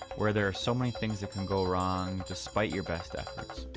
where there so many things that can go wrong despite your best ah